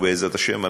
ובעזרת השם,